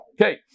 Okay